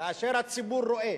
כאשר הציבור רואה,